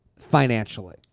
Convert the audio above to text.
Financially